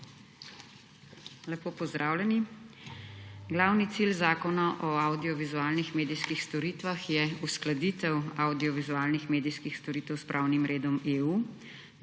Lepo pozdravljeni! Glavni cilj Zakona o avdiovizualnih medijskih storitvah je uskladitev avdiovizualnih medijskih storitev s pravnim redom EU.